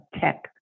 tech